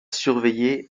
surveiller